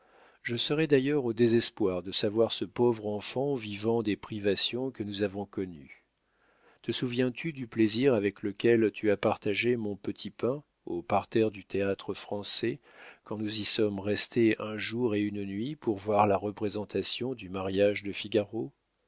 je serais d'ailleurs au désespoir de savoir ce pauvre enfant vivant des privations que nous avons connues te souviens-tu du plaisir avec lequel tu as partagé mon petit pain au parterre du théâtre-français quand nous y sommes restés un jour et une nuit pour voir la représentation du mariage de figaro